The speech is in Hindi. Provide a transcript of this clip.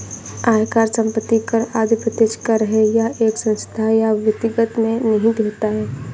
आयकर, संपत्ति कर आदि प्रत्यक्ष कर है यह एक संस्था या व्यक्ति में निहित होता है